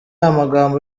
amagambo